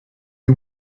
you